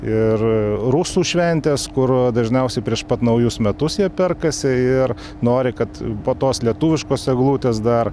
ir rusų šventės kur dažniausiai prieš pat naujus metus jie perkasi ir nori kad po tos lietuviškos eglutės dar